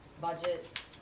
budget